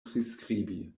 priskribi